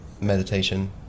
meditation